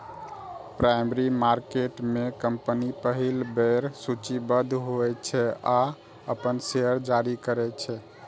primary market में company पहिल बेर सूचीबद्ध होइ छै आ अपन शेयर जारी करै छै